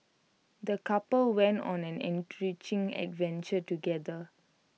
the couple went on an enriching adventure together